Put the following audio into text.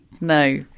No